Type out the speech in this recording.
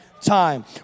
time